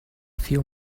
few